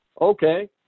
okay